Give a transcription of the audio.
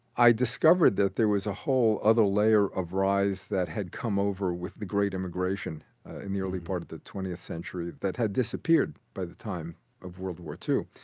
i discovered that there was a whole other layer of ryes that had come over with the great immigration in the early part of the twentieth century that had disappeared by the time of world war ii.